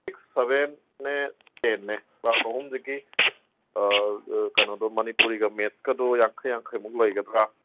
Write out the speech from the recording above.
six ꯁꯕꯦꯟꯅꯦ ꯇꯦꯟꯅꯦ class ꯑꯍꯨꯝꯁꯤꯒꯤ ꯑꯥ ꯀꯩꯅꯣꯗꯣ ꯃꯅꯤꯄꯨꯔꯤꯒ ꯃꯦꯠꯁꯀꯗꯣ ꯌꯥꯡꯈꯩ ꯌꯥꯡꯈꯩꯃꯨꯛ ꯂꯩꯒꯗ꯭ꯔꯥ